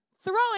throwing